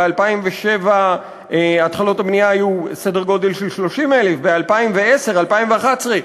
ב-2007 התחלות הבנייה היו סדר גודל של 30,000. ב-2010 2011,